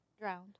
Drowned